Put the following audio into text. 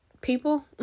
people